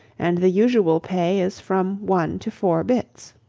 and the usual pay is from one to four bits.